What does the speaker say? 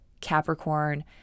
Capricorn